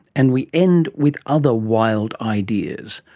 and we end with other wild ideas,